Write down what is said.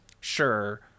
Sure